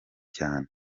cane